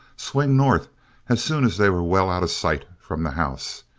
swing north as soon as they were well out of sight from the house,